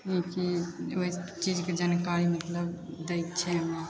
ई चीज ओहि चीजके जानकारी मतलब दै छै एहिमे